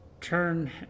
turn